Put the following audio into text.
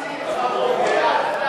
גמלת סיעוד למבוטח הנמצא במוסד